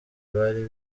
bari